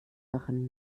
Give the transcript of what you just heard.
euren